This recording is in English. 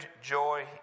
joy